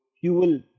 fuel